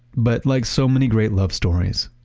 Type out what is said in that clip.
but like so many great love stories,